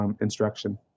instruction